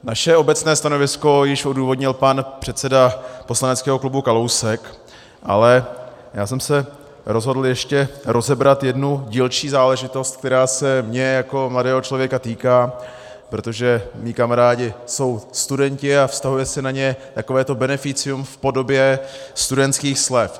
Naše obecné stanovisko již odůvodnil pan předseda poslaneckého klubu Kalousek, ale já jsem se rozhodl ještě rozebrat jednu dílčí záležitost, která se mě jako mladého člověka týká, protože mí kamarádi jsou studenti a vztahuje se na ně takové to beneficium v podobě studentských slev.